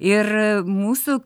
ir mūsų